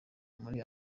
muri